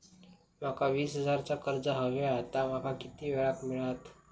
माका वीस हजार चा कर्ज हव्या ता माका किती वेळा क मिळात?